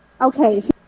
Okay